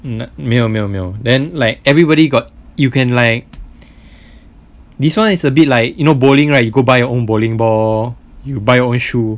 mm 没有没有没有 then like everybody got you can like this [one] is a bit like you know bowling right you go by your own bowling ball you buy own shoe